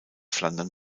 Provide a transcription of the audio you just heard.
flandern